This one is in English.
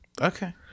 Okay